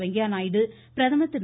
வெங்கய்ய நாயுடு பிரதமர் திரு